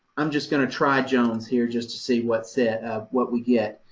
i'm just going to try jones here, just to see what see what we get.